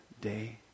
day